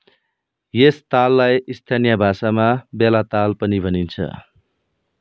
यस ताललाई स्थानीय भाषामा बेलाताल पनि भनिन्छ